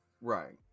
right